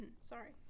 sorry